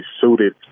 suited